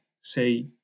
say